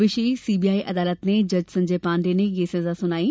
विशेष CBI अदालत के जज संजय पांडे ने यह सजा सुनाई है